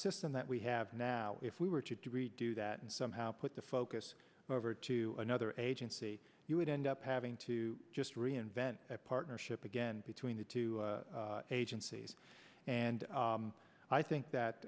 system that we have now if we were to to redo that and somehow put the focus over to another agency you would end up having to just reinvent a partnership again between the two agencies and i think that